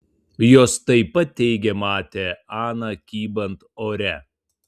jos taip pat teigė matę aną kybant ore